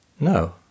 No